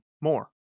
more